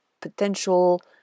potential